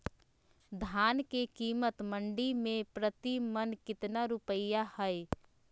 धान के कीमत मंडी में प्रति मन कितना रुपया हाय?